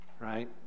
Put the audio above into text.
right